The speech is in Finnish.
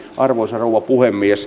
arvoisa puhemies